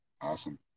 Awesome